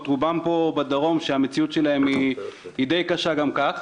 רובן בדרום שהמציאות שם די קשה גם כך,